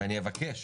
ואני אבקש